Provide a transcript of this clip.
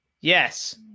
Yes